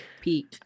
Peak